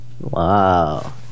Wow